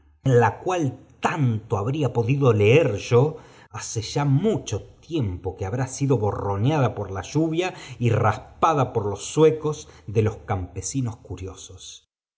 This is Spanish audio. en ía cual tanto habría podido leer yo hace ya mucho tiempo que habrá sido borroneada por la lluvia y v raspada por los zuecos de los campesinos curiosos